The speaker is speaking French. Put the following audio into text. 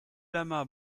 lamas